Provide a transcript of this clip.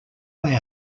they